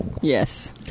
Yes